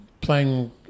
playing